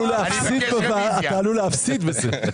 אתה עלול להפסיד בזה.